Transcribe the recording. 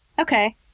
Okay